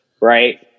right